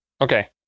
Okay